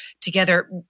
together